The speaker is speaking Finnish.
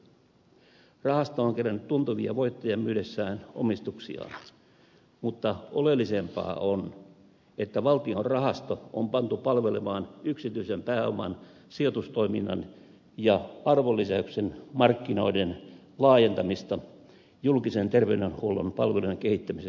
rahasto on kerännyt tuntuvia voittoja myydessään omistuksiaan mutta oleellisempaa on että valtion rahasto on pantu palvelemaan yksityisen pääoman sijoitustoiminnan ja arvonlisäyksen markkinoiden laajentamista julkisen terveydenhuollon palvelujen kehittämisen kustannuksella